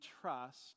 trust